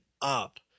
up